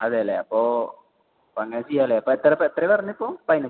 അതെ അല്ലേ അപ്പോൾ അങ്ങനെ ചെയ്യാം അല്ലേ അപ്പോൾ എത്ര എത്ര പറഞ്ഞിപ്പോൾ പതിനഞ്ച്